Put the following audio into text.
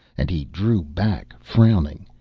and he drew back frowning,